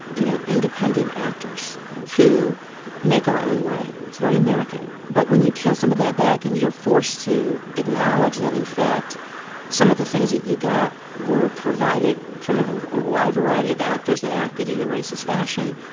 you know, independent actors who make our own way. it's very american. but when you peel some of that back and you're forced to acknowledge that in fact some of the things that you got were provided from of ah a wide variety of actors that acted in a racist fashion,